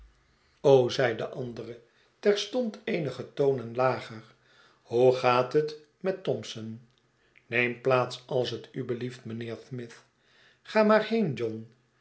zei de andere terstond eenige tonen lager hoe gaat het met thompson neem plaats als tublieft mijnheer smith ga maar heen